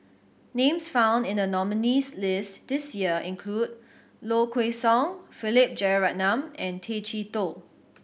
names found in the nominees' list this year include Low Kway Song Philip Jeyaretnam and Tay Chee Toh